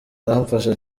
aramfasha